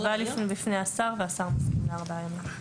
זה הובא בפני השר והשר מסכים לארבעה ימים.